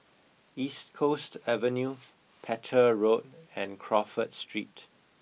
East Coast Avenue Petir Road and Crawford Street